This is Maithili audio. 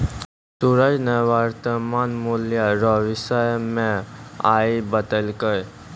सूरज ने वर्तमान मूल्य रो विषय मे आइ बतैलकै